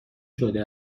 شده